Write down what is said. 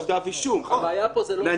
הפער הוא של